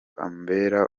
ambera